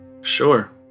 sure